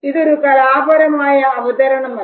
ഇതൊരു കലാപരമായ അവതരണം അല്ല